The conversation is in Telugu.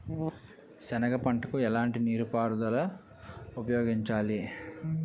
సెనగ పంటకు ఎలాంటి నీటిపారుదల ఉపయోగించాలి?